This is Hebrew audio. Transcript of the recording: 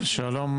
שלום,